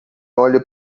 olha